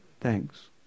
thanks